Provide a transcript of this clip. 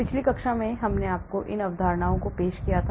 पिछली कक्षा में मैंने आपको इन अवधारणाओं को पेश किया था